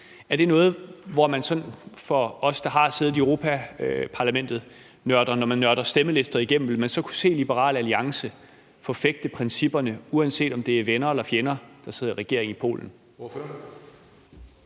sidder, og man – os, der har siddet i Europaparlamentet – nørder stemmelister igennem, vil kunne se Liberal Alliance forfægte principperne, uanset om det er venner eller fjender, der sidder i regering i Polen?